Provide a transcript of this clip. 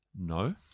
No